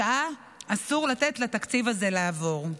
אסור לתת לתקציב הזה לעבור.